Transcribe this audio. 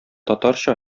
татарча